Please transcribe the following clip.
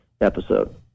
episode